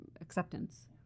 acceptance